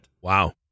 Wow